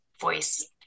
voice